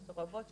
מסורבות,